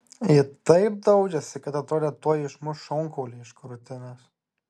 ji taip daužėsi kad atrodė tuoj išmuš šonkaulį iš krūtinės